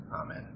Amen